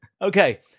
okay